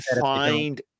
find